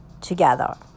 together